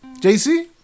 JC